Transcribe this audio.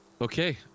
Okay